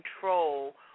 control